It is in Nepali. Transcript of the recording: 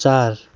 चार